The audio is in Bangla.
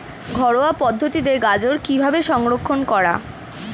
ঘরোয়া পদ্ধতিতে গাজর কিভাবে সংরক্ষণ করা?